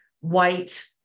white